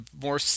More